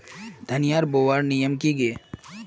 धनिया बूनवार नियम की गे?